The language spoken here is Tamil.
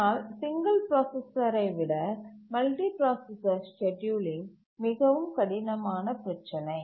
ஆனால் சிங்கிள் பிராசசரை விட மல்டிபிராசசர் ஸ்கேட்யூலிங் மிகவும் கடினமான பிரச்சினை